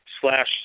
slash